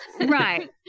Right